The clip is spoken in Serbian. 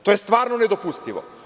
To je stvarno nedopustivo.